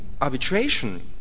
arbitration